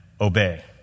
obey